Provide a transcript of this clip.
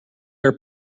are